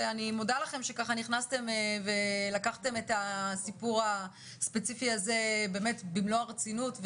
ואני מודה לכם שלקחתם את הסיפור הספציפי הזה במלוא הרצינות,